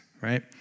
right